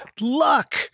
luck